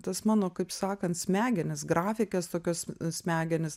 tas mano kaip sakant smegenis grafikės tokias smegenis